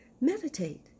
meditate